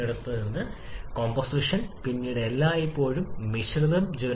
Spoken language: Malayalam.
വർദ്ധിപ്പിക്കാൻ താപ ദക്ഷത ചൂട് കൂടുന്നതിന്റെ താപനില കൂടുതലായിരിക്കണം